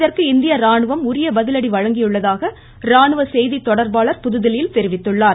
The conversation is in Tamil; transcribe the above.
இதற்கு இந்திய ராணுவம் உரிய பதிலடி வழங்கியுள்ளதாக ராணுவ செய்தி தொடர்பாளர் புதுதில்லியில் தெரிவித்துள்ளார்